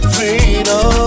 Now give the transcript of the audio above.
Freedom